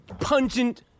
pungent